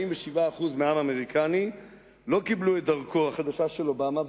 47% מהעם האמריקני לא קיבלו את דרכו החדשה של אובמה,